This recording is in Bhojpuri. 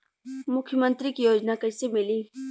मुख्यमंत्री के योजना कइसे मिली?